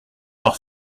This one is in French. par